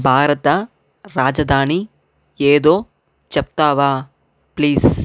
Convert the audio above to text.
భారత రాజధాని ఏదో చెప్తావా ప్లీజ్